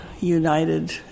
United